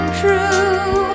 true